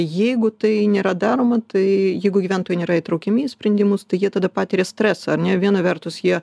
jeigu tai nėra daroma tai jeigu gyventojai nėra įtraukiami į sprendimus tai jie tada patiria stresą ar ne viena vertus jie